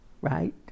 right